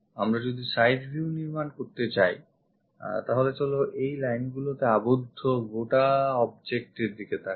আমরা যদি side view নির্মান করতে যাচ্ছি তাহলে চলো এই line গুলিতে আবদ্ধ গোটা object এর দিকে তাকাই